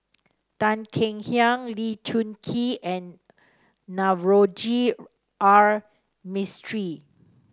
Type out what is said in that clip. Tan Kek Hiang Lee Choon Kee and Navroji R Mistri